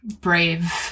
brave